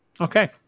Okay